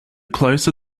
closer